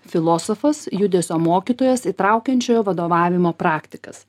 filosofas judesio mokytojas įtraukiančiojo vadovavimo praktikas